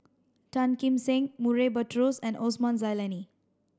Tan Kim Seng Murray Buttrose and Osman Zailani